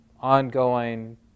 ongoing